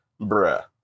bruh